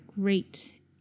great